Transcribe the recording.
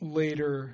later